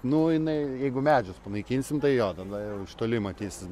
nu jinai jeigu medžius panaikinsim tai jo tada jau iš toli matysis